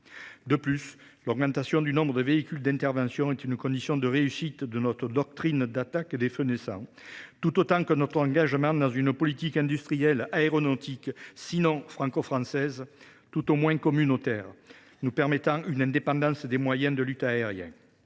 De plus, l’augmentation du nombre des véhicules d’intervention est une condition de réussite de notre doctrine d’attaque des feux naissants, comme l’est notre engagement dans une politique industrielle aéronautique, sinon franco française, du moins communautaire, qui nous assurerait une indépendance en matière de moyens de lutte aériens.